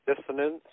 dissonance